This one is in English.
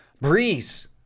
Breeze